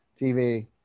TV